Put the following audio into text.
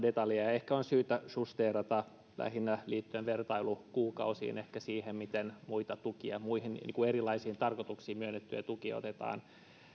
detaljeja ehkä on syytä justeerata lähinnä liittyen vertailukuukausiin ja ehkä siihen miten muihin erilaisiin tarkoituksiin myönnettyjä tukia otetaan